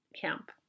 camp